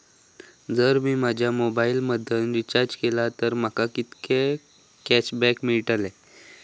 जर मी माझ्या मोबाईल मधन रिचार्ज केलय तर माका कितके कॅशबॅक मेळतले?